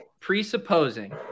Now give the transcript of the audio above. presupposing